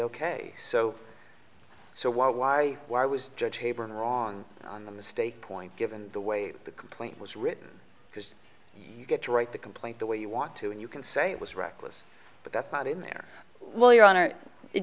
ok so so why why why was judge tabor wrong on the mistake point given the way the complaint was written because you get to write the complaint the way you want to and you can say it was reckless but that's not in there well your honor it